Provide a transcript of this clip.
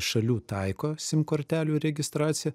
šalių taiko sim kortelių registraciją